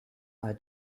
are